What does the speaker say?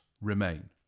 Remain